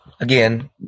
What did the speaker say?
Again